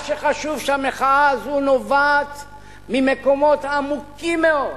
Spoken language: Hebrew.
מה שחשוב שהמחאה הזאת נובעת ממקומות עמוקים מאוד,